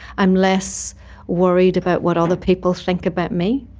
i'm less worried about what other people think about me.